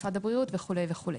משרד הבריאות וכולי וכולי.